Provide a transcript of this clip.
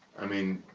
i mean,